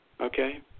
Okay